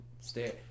Stay